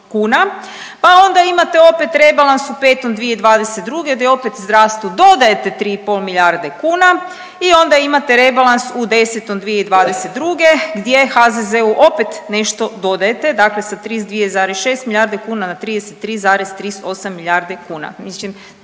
pa onda imate opet rebalans u 5. 2022. di opet zdravstvu dodajete 3,5 milijarde kuna i onda imate rebalans u 10. 2022. gdje HZZO-u opet nešto dodajete, dakle sa 32,6 milijarde kuna na 33,38 milijarde kuna,